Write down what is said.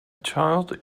child